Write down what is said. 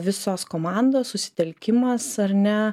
visos komandos susitelkimas ar ne